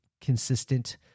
consistent